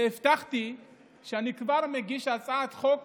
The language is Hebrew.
והבטחתי שאני כבר מגיש הצעת חוק